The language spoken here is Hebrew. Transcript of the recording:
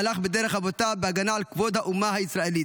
והלך בדרך אבותיו בהגנה על כבוד האומה הישראלית.